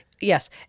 Yes